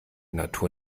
natur